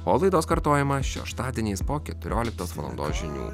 o laidos kartojimą šeštadieniais po keturioliktos valandos žinių